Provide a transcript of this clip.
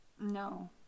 No